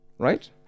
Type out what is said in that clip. Right